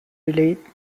relate